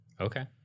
Okay